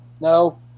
No